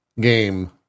game